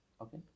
okay